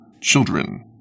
children